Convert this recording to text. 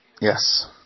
Yes